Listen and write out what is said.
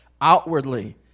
outwardly